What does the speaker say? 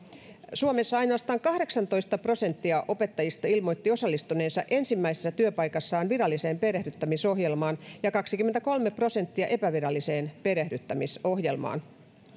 suomessa ainoastaan kahdeksantoista prosenttia opettajista ilmoitti osallistuneensa ensimmäisessä työpaikassaan viralliseen perehdyttämisohjelmaan ja kaksikymmentäkolme prosenttia epäviralliseen perehdyttämisohjelmaan